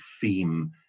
theme